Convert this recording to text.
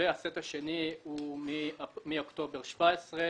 והסט השני הוא מאוקטובר 2017,